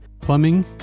Plumbing